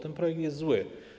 Ten projekt jest zły.